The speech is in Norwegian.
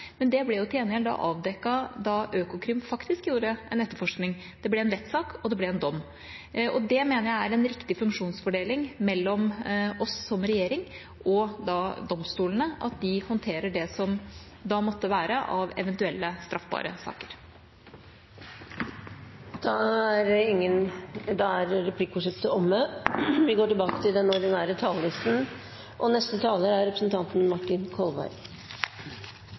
men det ble til gjengjeld avdekket da Økokrim faktisk gjorde en etterforskning. Det ble en rettssak, og det ble en dom. Det mener jeg er en riktig funksjonsfordeling mellom oss som regjering og domstolene, at de håndterer det som måtte være av eventuelle straffbare saker. Replikkordskiftet er omme. Jeg vil være nøye med å si at det jeg nå sier, retter seg ikke mot den nåværende regjering alene – kanskje nesten aller minst, på mange sett og